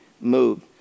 moved